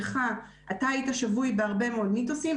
אתה היית שבוי בהרבה מאוד מיתוסים,